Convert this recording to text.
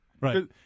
Right